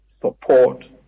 support